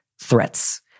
threats